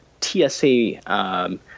TSA